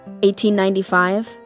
1895